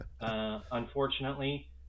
unfortunately